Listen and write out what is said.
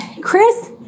Chris